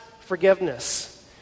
forgiveness